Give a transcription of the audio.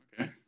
Okay